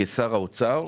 כשר האוצר,